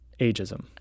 ageism